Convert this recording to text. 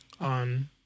on